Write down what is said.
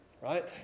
right